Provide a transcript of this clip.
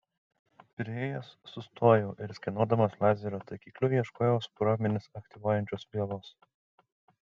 priėjęs sustojau ir skenuodamas lazerio taikikliu ieškojau sprogmenis aktyvuojančios vielos